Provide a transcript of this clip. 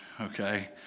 okay